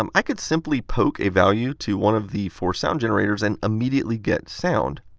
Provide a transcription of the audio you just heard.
um i could simply poke a value to one of the four sound generators, and immediately get sound.